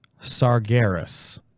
Sargeras